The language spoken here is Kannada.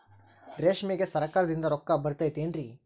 ರೇಷ್ಮೆಗೆ ಸರಕಾರದಿಂದ ರೊಕ್ಕ ಬರತೈತೇನ್ರಿ?